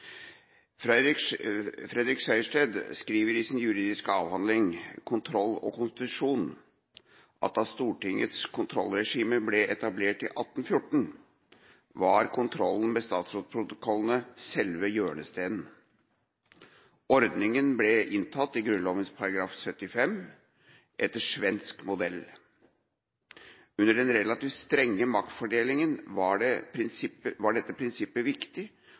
f». Fredrik Sejersted skriver i sin juridiske avhandling «Kontroll og konstitusjon» at da Stortingets kontrollregime ble etablert i 1814, var kontrollen med statsrådsprotokollene selve hjørnestenen. Ordninga ble inntatt i Grunnloven § 75, etter svensk modell. Under den relativt strenge maktfordelinga var det prinsipielt viktig